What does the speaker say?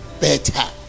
better